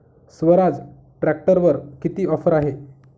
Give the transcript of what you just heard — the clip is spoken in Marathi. स्वराज ट्रॅक्टरवर किती ऑफर आहे?